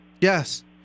Yes